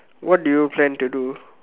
what do you plan to do